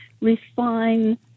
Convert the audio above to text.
refine